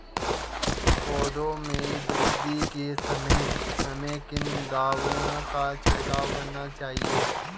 पौधों में वृद्धि के समय हमें किन दावों का छिड़काव करना चाहिए?